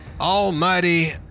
almighty